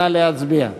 נא להצביע.